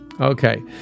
okay